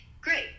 Great